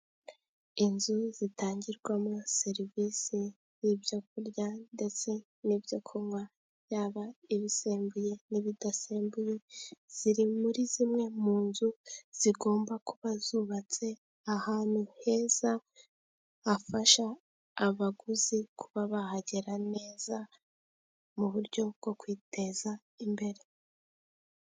Inzu zitangirwamo serivisi z'ibyorya ndetse n'ibyo kunywa yaba ibisembuye n'ibidasembuye, ziri muri zimwe mu nzu zigomba kuba zubatse ahantu heza hafasha abaguzi kuba bahagera neza, mu buryo bwo kwiteza imbere.